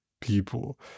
people